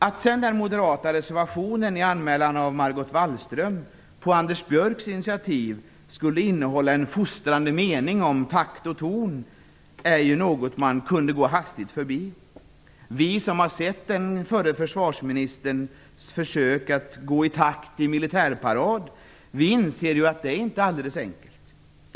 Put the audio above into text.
Att sedan den moderata reservationen i anmälan av Margot Wallström på Anders Björcks initiativ skulle innehålla en fostrande mening om takt och ton är ju i sig någon man kunde gå hastigt förbi. Vi som sett den förre försvarsministern försöka att gå i takt i militärparad inser att det inte är alldeles enkelt.